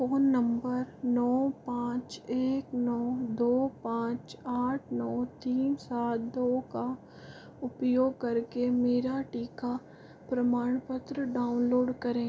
phone number नौ पाँच एक नौ दो पाँच आठ नौ तीन सात दो का उपयोग करके मेरा टीका प्रमाणपत्र डाउनलोड करें